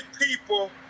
people